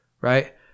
right